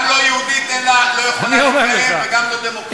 גם לא יהודית לא יכולה להתקיים וגם לא דמוקרטית.